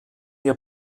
ihr